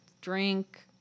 drink